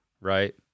right